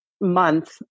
month